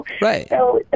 Right